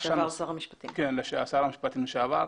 שר המשפטים לשעבר.